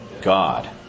god